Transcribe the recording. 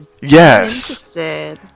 Yes